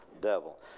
devil